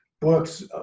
books